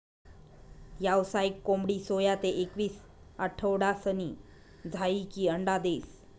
यावसायिक कोंबडी सोया ते एकवीस आठवडासनी झायीकी अंडा देस